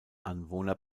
anwohner